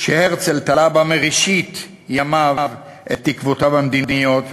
שהרצל תלה בה מראשית ימיו את תקוותיו המדיניות,